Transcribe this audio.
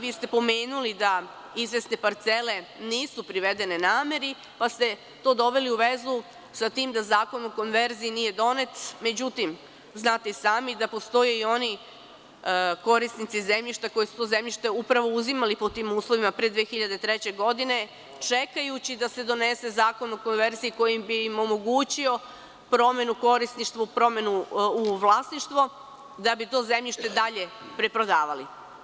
Vi ste pomenuli da izvesne parcele nisu privedene nameri pa ste to doveli u vezu sa tim da zakon o konverziji nije donet, međutim, znate i sami da postoje i oni korisnici zemljišta koji su to zemljište upravo uzimali po tim uslovima pre 2003. godine, čekajući da se donese zakon o konverziji kojim bi im omogućio promenu korisništva u vlasništvo da bi to zemljište dalje preprodavali.